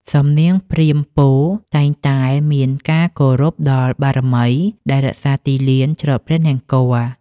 សំនៀងព្រាហ្មណ៍ពោលតែងតែមានការគោរពដល់បារមីដែលរក្សាទីលានច្រត់ព្រះនង្គ័ល។